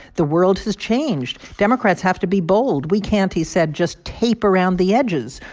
the world has changed. democrats have to be bold. we can't, he said, just tape around the edges.